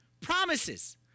Promises